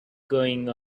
going